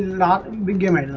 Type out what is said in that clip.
not be given